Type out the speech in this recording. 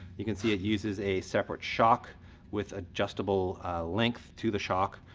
you can see it uses a separate shock with adjustable length to the shock,